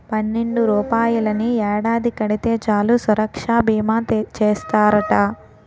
పన్నెండు రూపాయలని ఏడాది కడితే చాలు సురక్షా బీమా చేస్తారట